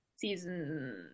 Season